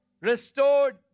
restored